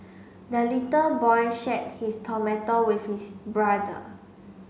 the little boy shared his tomato with his brother